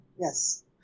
Yes